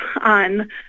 on